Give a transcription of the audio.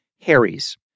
Harry's